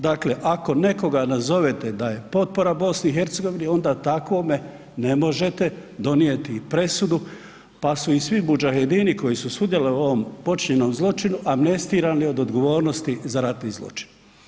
Dakle, ako nekoga nazovete da je potpora Bosni i Hercegovini, onda takvome ne možete donijeti presudu, pa su i svi mudžahedini koji su sudjelovali u ovom počinjenom zločinu amnestirani od odgovornosti za ratni zločin.